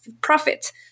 Profit